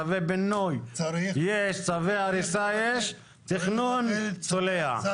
צווי בינוי יש, צווי הריסה יש, תכנון צולע.